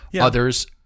Others